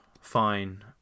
fine